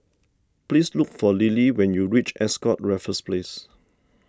please look for Lily when you reach Ascott Raffles Place